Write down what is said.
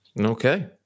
Okay